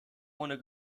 ohne